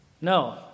No